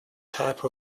type